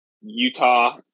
Utah